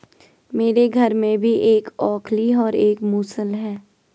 मेरे घर में भी एक ओखली और एक मूसल है